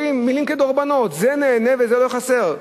מלים כדרבונות זה נהנה וזה לא חסר,